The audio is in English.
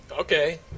Okay